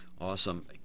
Awesome